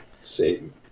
Satan